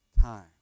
time